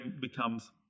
becomes